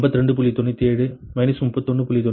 97 31